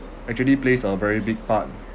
actually plays a very big part